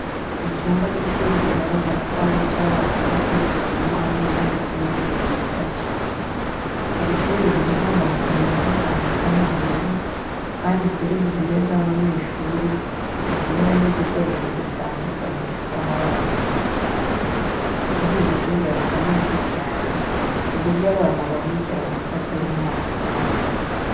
Icyumba cy'ishuri bigaragara ko ari icy'abana b'inshuke kirimo ameza ndetse n'intebe byiza cyane. Iri shuri ririmo amarido meza cyane asa nk'ubururu kandi kuri buri meza y'abanyeshuri hagiye hariho udukoresho dutandukanye dufite amabara menshi cyane. Muri iri shuri hasa neza cyane ku buyo abana bahigira gufata ari nk'ako kanya.